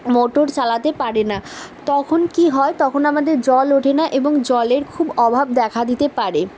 motor চালাতে পারেনা তখন কী হয় তখন আমাদের জল ওঠে না এবং জলের খুব অভাব দেখা দিতে পারে